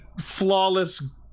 flawless